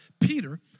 Peter